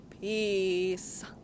peace